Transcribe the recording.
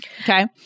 Okay